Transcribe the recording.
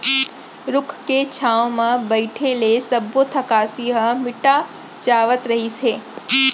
रूख के छांव म बइठे ले सब्बो थकासी ह मिटा जावत रहिस हे